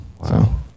wow